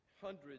hundreds